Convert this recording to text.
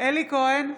אלי כהן,